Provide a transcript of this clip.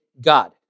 God